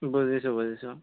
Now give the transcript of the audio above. বুজিছোঁ বুজিছোঁ